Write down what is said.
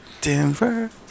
Denver